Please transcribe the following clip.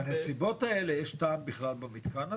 בנסיבות האלה יש טעם בכלל במתקן הזה?